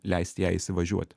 leisti jai įsivažiuoti